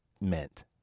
meant